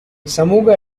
சமூக